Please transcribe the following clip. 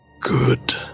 Good